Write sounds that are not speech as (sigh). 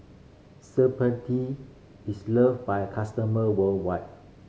(unintelligible) is love by a customer worldwide